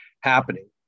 happening